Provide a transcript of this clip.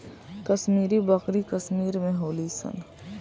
कश्मीरी बकरी कश्मीर में होली सन